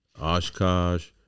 Oshkosh